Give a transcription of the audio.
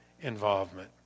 involvement